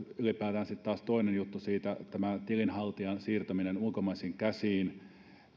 ylipäätään sitten taas toinen juttu tämä tilinhaltijan siirtäminen ulkomaisiin käsiin